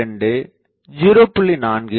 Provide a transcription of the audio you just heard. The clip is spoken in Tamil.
2 0